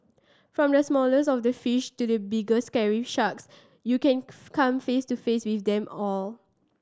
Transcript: from the smallest of the fish to the big scary sharks you can come face to face with them all